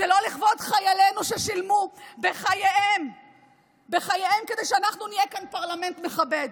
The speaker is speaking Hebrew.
זה לא לכבוד חיילינו ששילמו בחייהם כדי שאנחנו נהיה כאן פרלמנט מכבד,